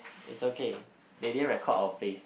it's okay they didn't record our face